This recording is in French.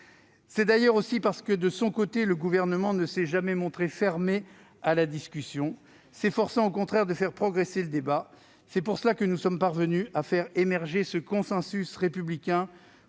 C'est d'ailleurs aussi parce que, de son côté, le Gouvernement ne s'est jamais montré fermé à la discussion, s'efforçant au contraire de faire progresser le débat. C'est pour cela que nous sommes parvenus à faire émerger ce consensus républicain